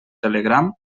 telegram